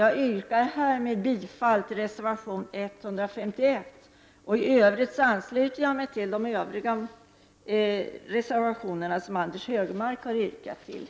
Jag yrkar härmed bifall till reservation 151, och i övrigt ansluter jag mig till Anders G Högmarks yrkanden.